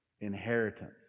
inheritance